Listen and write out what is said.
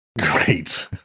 Great